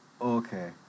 Okay